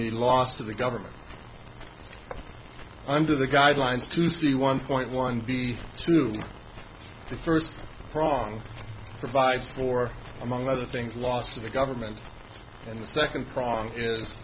the last of the government under the guidelines to see one point one v two the first prong provides for among other things lost to the government and the second prong